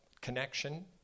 connection